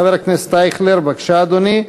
חבר הכנסת אייכלר, בבקשה, אדוני.